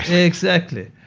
yeah exactly.